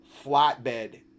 flatbed